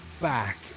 Back